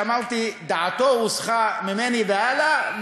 שאמרתי שדעתו הוסחה ממני והלאה,